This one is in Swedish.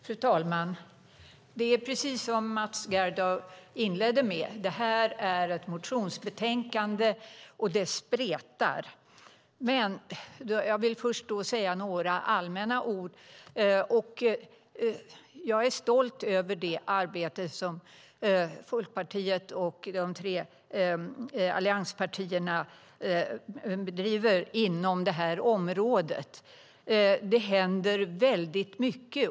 Fru talman! Det är precis som Mats Gerdau inledde med att säga. Det här är ett motionsbetänkande, och det spretar. Jag vill först säga några allmänna ord. Jag är stolt över det arbete som Folkpartiet och de andra tre allianspartierna bedriver inom det här området. Det händer väldigt mycket.